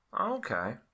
Okay